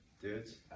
Dudes